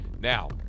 Now